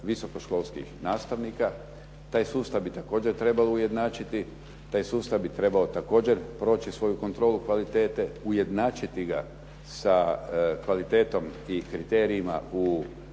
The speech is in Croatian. visokoškolskih nastavnika. Taj sustav bi također trebalo ujednačiti, taj sustav bi trebao također proći svoju kontrolu kvalitete, ujednačiti ga sa kvalitetom i kriterijima u naprednim